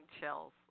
chills